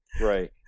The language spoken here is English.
right